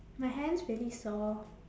my hand's really sore